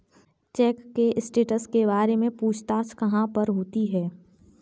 Check के status के बारे में पूछताछ कहाँ पर होती है?